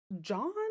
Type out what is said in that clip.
John